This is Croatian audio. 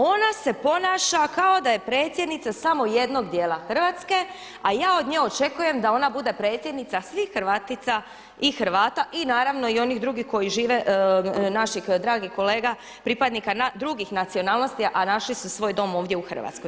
Ona se ponaša kao da je predsjednica samo jednog dijela Hrvatske, a ja od nje očekujem da ona bude predsjednica svih Hrvatica i Hrvata i naravno i onih drugih koji žive naših dragih kolega pripadnika drugih nacionalnosti, a našli su svoj Dom ovdje u Hrvatskoj.